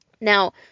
Now